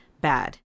bad